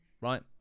right